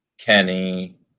Kenny